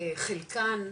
חלקן,